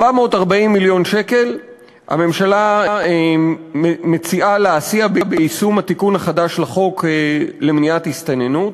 440 מיליון שקל הממשלה מציעה ליישום התיקון החדש לחוק למניעת הסתננות,